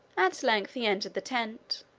at length he entered the tent.